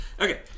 Okay